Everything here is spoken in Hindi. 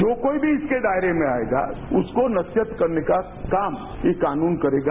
जो कोई भी इसके दायरे में आएगा उसको नसीहत करने का काम यह कानून करेगा